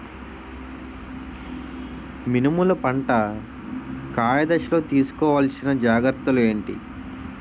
మినుములు పంట కాయ దశలో తిస్కోవాలసిన జాగ్రత్తలు ఏంటి?